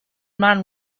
man